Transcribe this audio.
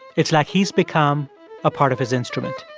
it's like he's become a part of his instrument.